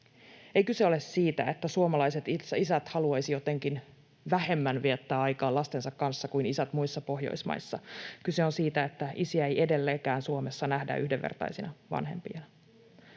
Ei kyse ole siitä, että suomalaiset isät haluaisivat jotenkin vähemmän viettää aikaa lastensa kanssa kuin isät muissa Pohjoismaissa, kyse on siitä, että isiä ei edelleenkään Suomessa nähdä yhdenvertaisina vanhempina.